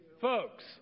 folks